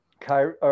Kyrie